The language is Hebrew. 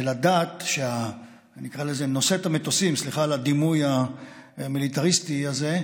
ולדעת שנקרא לזה "נושאת המטוסים" סליחה על הדימוי המיליטריסטי הזה,